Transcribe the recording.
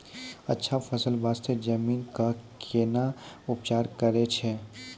अच्छा फसल बास्ते जमीन कऽ कै ना उपचार करैय छै